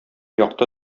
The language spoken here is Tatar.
якты